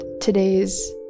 today's